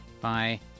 Bye